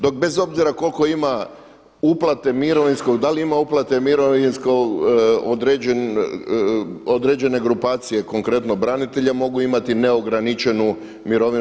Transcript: Dok bez obzira koliko ima uplate mirovinskog, da li ima uplate mirovinskog, određene grupacije konkretno branitelja mogu imati neograničenu mirovinu.